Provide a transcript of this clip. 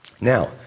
Now